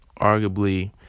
arguably